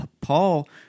Paul